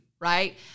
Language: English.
right